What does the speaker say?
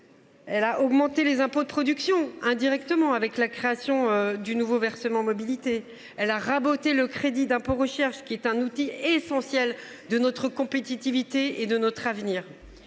–, augmenté les impôts de production indirectement, la création d’un nouveau versement mobilité, et raboté le crédit d’impôt recherche, outil essentiel pour notre compétitivité et notre avenir.